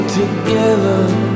together